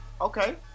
Okay